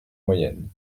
moyenne